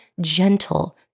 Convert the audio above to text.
gentle